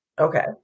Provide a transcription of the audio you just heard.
Okay